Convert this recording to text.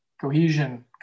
Cohesion